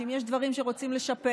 אם יש דברים שרוצים לשפר.